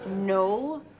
No